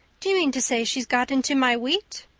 do you mean to say she's got into my wheat?